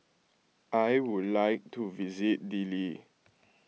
I would like to visit Dili